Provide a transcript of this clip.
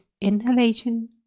inhalation